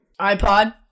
iPod